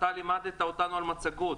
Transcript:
אתה לימדת אותנו על מצגות,